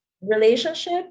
relationship